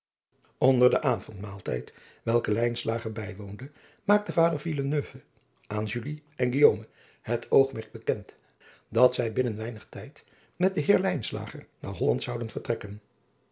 onder den avondmaaltijd welken lijnslager bijwoonde maakte vader villeneuve aan julie en guillaume het oogmerk bekend dat zij binnen weinig tijd met den heer lijnslager naar holland zouden vertrekken